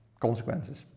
consequences